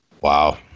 Wow